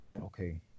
okay